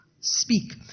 speak